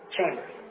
Chambers